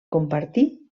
compartir